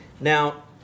Now